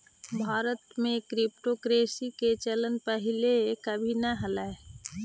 भारत में क्रिप्टोकरेंसी के चलन पहिले कभी न हलई